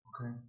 Okay